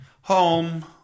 home